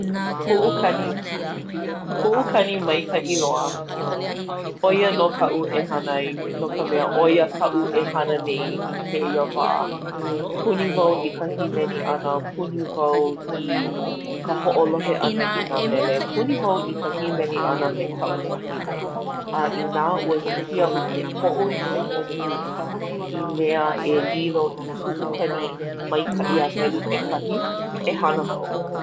Puʻukani. Puʻukani maikaʻi loa. ʻO ia nō kaʻu e hana ai no ka mea ʻo ia kaʻu e hana nei i kēia wā. Puni wau i ka hīmeni ʻana, puni wau i ka hoʻolohe ʻana i nā mele, puni wau i ka hīmeni ʻana me kaʻu wahine. A inā ua hiki iaʻu ke hoʻoikaika nui i mea e lilo i puʻukani maikaʻi a helu ʻekahi, e hana wau.